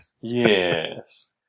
Yes